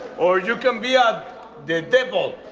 or you can be um the devil.